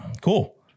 Cool